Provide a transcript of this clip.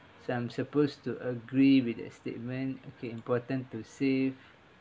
so I'm supposed to agree with that statement okay important to say